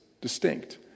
distinct